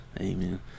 Amen